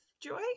joy